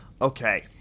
Okay